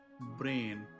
brain